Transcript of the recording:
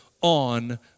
on